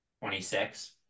Twenty-six